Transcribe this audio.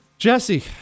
Jesse